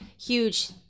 huge